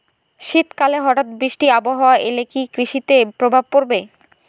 শীত কালে হঠাৎ বৃষ্টি আবহাওয়া এলে কি কৃষি তে প্রভাব পড়বে?